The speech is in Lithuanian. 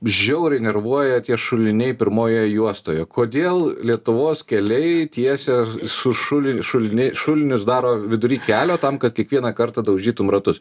žiauriai nervuoja tie šuliniai pirmojoje juostoje kodėl lietuvos keliai tiesia su šuli šuliniai šulinius daro vidury kelio tam kad kiekvieną kartą daužytum ratus